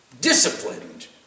disciplined